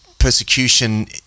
persecution